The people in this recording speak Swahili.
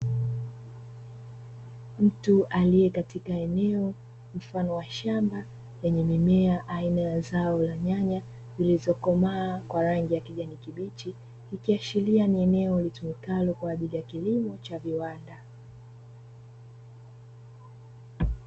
Mtu aliye katika eneo mfano wa shamba yenye mimea aina ya zao la nyanya zilizokomaa kwa rangi ya kijani kibichi, ikiashiria ni eneo ulitukaalo kwa ajili ya kilimo cha viwanda.